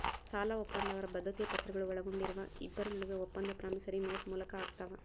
ಸಾಲಒಪ್ಪಂದ ಅವರ ಬದ್ಧತೆಯ ಪತ್ರಗಳು ಒಳಗೊಂಡಿರುವ ಇಬ್ಬರ ನಡುವೆ ಒಪ್ಪಂದ ಪ್ರಾಮಿಸರಿ ನೋಟ್ ಮೂಲಕ ಆಗ್ತಾವ